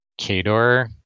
Kador